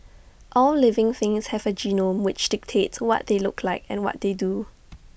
all living things have A genome which dictates what they look like and what they do